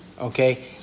Okay